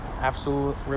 Absolute